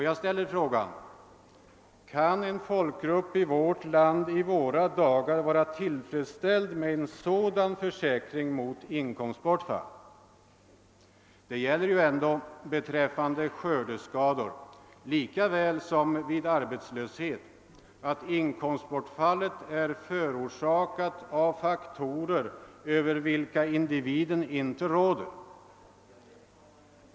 Jag ställer frågan: Kan någon folkgrupp i vårt land i våra dagar vara tillfredsställd med en sådan försäkring mot inkomstbortfall? Vid skördeskador, lika väl som vid arbetslöshet, gäller ju att inkomstbortfallet är förorsakat av faktorer över vilka individen inte råder.